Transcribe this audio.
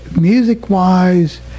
Music-wise